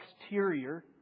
exterior